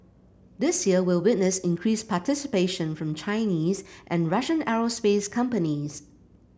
this year will witness increased participation from Chinese and Russian aerospace companies